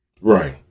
Right